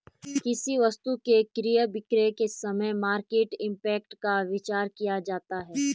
किसी वस्तु के क्रय विक्रय के समय मार्केट इंपैक्ट का विचार किया जाता है